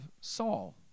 Saul